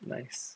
nice